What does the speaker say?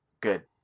Good